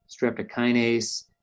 streptokinase